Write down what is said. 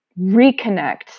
reconnect